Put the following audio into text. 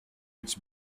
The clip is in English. its